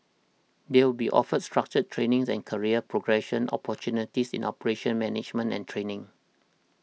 they will be offered structured training and career progression opportunities in operations management and training